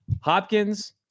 Hopkins